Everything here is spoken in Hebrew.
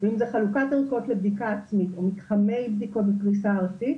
ואם זה חלוקת ערכות לבדיקה עצמית או מתחמי בדיקות בפריסה ארצית.